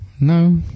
No